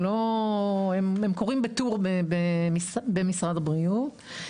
הם קורים בטור במשרד הבריאות.